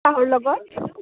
চাহৰ লগত